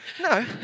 No